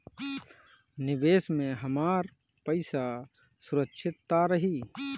निवेश में हमार पईसा सुरक्षित त रही?